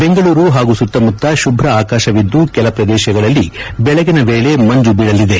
ಬೆಂಗಳೂರು ಸುತ್ತಮುತ್ತ ಶುಭ್ಧ ಆಕಾಶ ಕೆಲ ಪ್ರದೇಶಗಳಲ್ಲಿ ಬೆಳಗಿನ ವೇಳೆ ಮಂಜು ಬೀಳಲಿದೆ